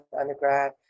undergrad